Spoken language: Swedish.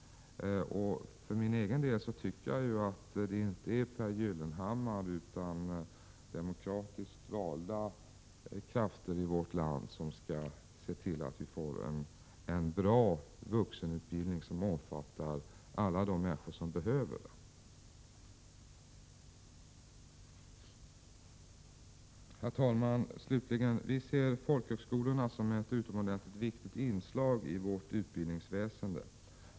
För egen del anser jag att det inte är Pehr Gyllenhammar utan demokratiskt valda krafter i vårt land som skall se till att vuxenutbildningen är bra och omfattar alla människor som behöver den. Herr talman! Vi ser folkhögskolorna som ett utomordentligt viktigt inslag i vårt utbildningsväsende.